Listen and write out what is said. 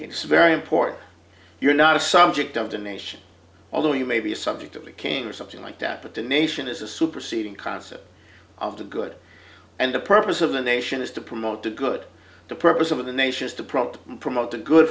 so very important you're not a subject of the nation although you may be a subject of a king or something like that but the nation is a superseding concept of the good and the purpose of the nation is to promote the good the purpose of the nation is to promote promote the good